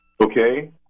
okay